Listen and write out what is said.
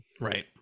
Right